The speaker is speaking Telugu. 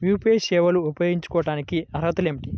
యూ.పీ.ఐ సేవలు ఉపయోగించుకోటానికి అర్హతలు ఏమిటీ?